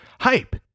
hype